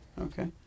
okay